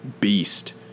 beast